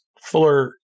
Fuller